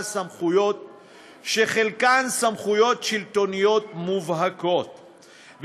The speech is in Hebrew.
סמכויות שחלקן סמכויות שלטוניות מובהקות,